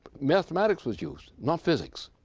mathematics was used, not physics.